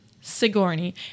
Sigourney